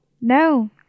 no